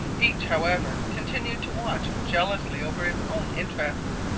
each, however, continued to watch jealously over its own interests.